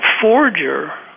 forger